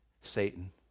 Satan